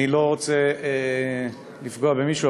אני לא רוצה לפגוע במישהו,